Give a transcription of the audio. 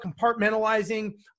compartmentalizing